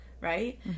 Right